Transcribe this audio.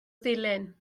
ddulyn